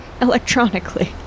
electronically